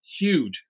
huge